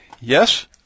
yes